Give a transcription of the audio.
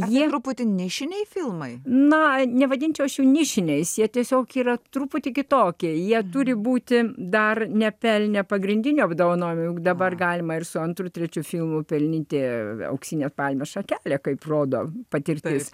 jei truputį nišiniai filmai na nevadinčiau nišiniais jie tiesiog yra truputį kitokie jie turi būti dar nepelnė pagrindinio apdovanojimo juk dabar galima ir su antru trečiu filmu pelnyti auksinę palmės šakelę kaip rodo patirtais